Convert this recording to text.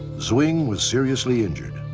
zwing was seriously injured.